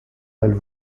elles